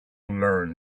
learn